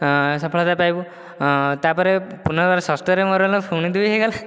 ସଫଳତା ପାଇବୁ ତାପରେ ପୁନର୍ବାର ଷଷ୍ଠରେ ରୋଲ ନମ୍ବର ପୁଣି ଦୁଇ ହୋଇଗଲା